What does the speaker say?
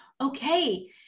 okay